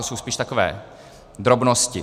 To jsou spíš takové drobnosti.